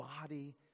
body